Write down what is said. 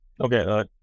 Okay